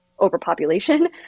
overpopulation